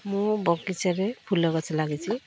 ମୁଁ ବଗିଚାରେ ଫୁଲ ଗଛ ଲାଗିଛି